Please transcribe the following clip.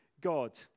God